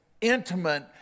intimate